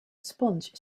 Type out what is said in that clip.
sponge